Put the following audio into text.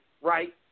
right